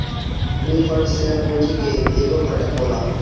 preferred share पूंजी के एगो घटक होला